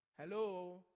hello